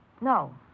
No